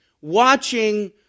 watching